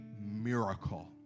miracle